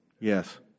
Yes